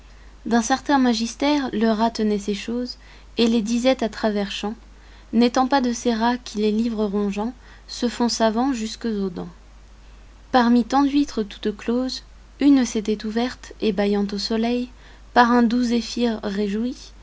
d'un certain magister le rat tenait ces choses et les disait à travers champs n'étant pas de ces rats qui les livres rongeants se font savants jusques aux dents parmi tant d'huîtres toutes closes une s'était ouverte et bâillant au soleil par un doux zéphyr réjouie